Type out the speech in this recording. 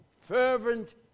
Fervent